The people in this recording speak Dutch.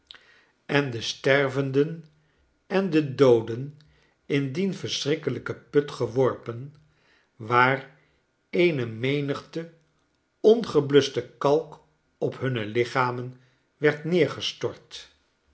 en de stervenden en de dooden in dien verschrikkelijken put geworpen waar eene menigte ongebluschte kalk op hunne lichamen werd neergestort